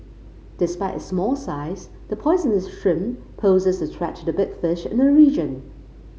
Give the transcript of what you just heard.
despite its small size the poisonous shrimp poses a threat to the big fish in the region